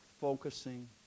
focusing